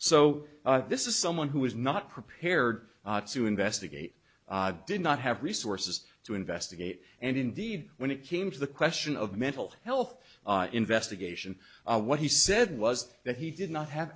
so this is someone who is not prepared to investigate did not have resources to investigate and indeed when it came to the question of mental health investigation what he said was that he did not have